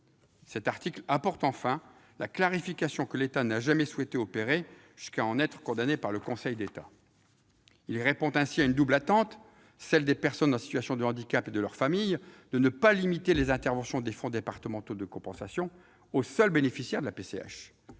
Cet article apporte enfin la clarification que l'État n'a jamais souhaité opérer, jusqu'à en être condamné par le Conseil d'État. Il répond ainsi à une double attente : celle des personnes en situation de handicap et de leurs familles de ne pas limiter les interventions des fonds départementaux de compensation aux seuls bénéficiaires de la PCH